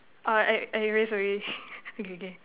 uh I I erase away okay K